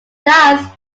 last